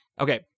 Okay